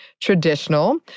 traditional